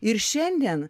ir šiandien